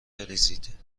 بریزید